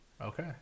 Okay